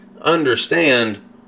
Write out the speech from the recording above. understand